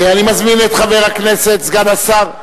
אני מזמין את חבר הכנסת סגן השר,